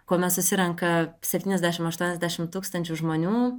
kuomet susirenka septyniasdešim aštuoniasdešim tūkstančių žmonių